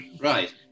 Right